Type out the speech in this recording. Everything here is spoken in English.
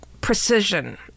precision